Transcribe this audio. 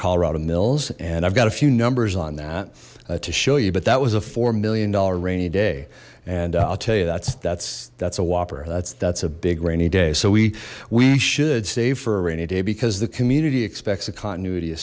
colorado mills and i've got a few numbers on that to show you but that was a four million dollar rainy day and i'll tell you that's that's that's a whopper that's that's a big rainy day so we we should save for a rainy day because the community expects the continuity of